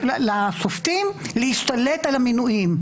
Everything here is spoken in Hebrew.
לא לשופטים, להשתלט על המינויים.